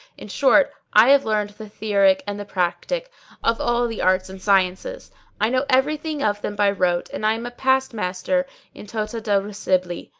in short i have learned the theorick and the practick of all the arts and sciences i know everything of them by rote and i am a past master in tota re scibili.